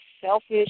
selfish